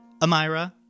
Amira